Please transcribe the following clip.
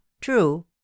true